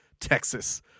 Texas